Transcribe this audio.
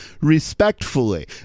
respectfully